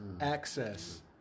access